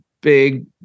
big